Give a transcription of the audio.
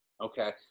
Okay